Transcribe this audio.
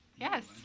Yes